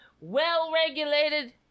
Well-regulated